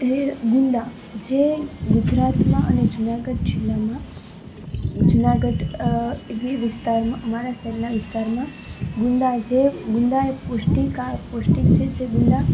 એ ગુંદા જે ગુજરાતમાં અને જુનાગઢ જિલ્લામાં જુનાગઢ ગીર વિસ્તારમાં અમારાં શહેરનાં વિસ્તારમાં ગુંદા જે ગુંદા એ પૌષ્ટિક આ પૌષ્ટિક છે જે ગુંદા